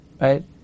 right